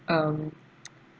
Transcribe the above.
um